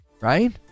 right